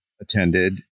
attended